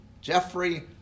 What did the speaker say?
Jeffrey